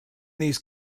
these